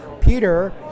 peter